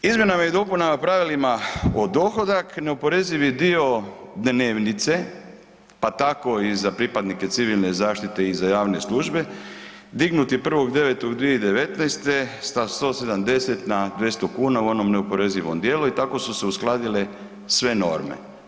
Izmjenama i dopunama pravilima o dohodak, neoporezivi dio dnevnice, pa tako i za pripadnike civilne zaštite i za javne službe, dignut je 1.9.2019. sa 170 na 200 kuna u onom neoporezivom dijelu i tako su se uskladile sve norme.